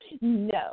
no